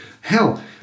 Hell